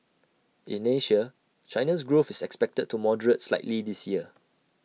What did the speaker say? in Asia China's growth is expected to moderate slightly this year